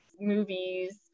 movies